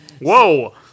Whoa